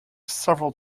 several